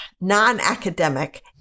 non-academic